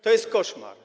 To jest koszmar.